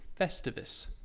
Festivus